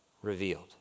Revealed